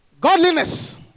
Godliness